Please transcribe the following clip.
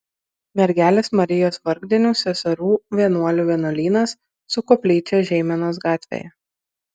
mergelės marijos vargdienių seserų vienuolių vienuolynas su koplyčia žeimenos gatvėje